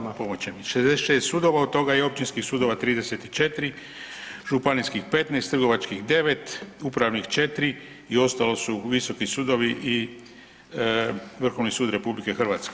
Hvala, pomoći će mi. 66 sudova, od toga je općinskih sudova 34, županijskih 15, trgovačkih 9, upravnih 4 i ostalo su visoki sudovi i Vrhovni sud RH.